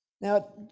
Now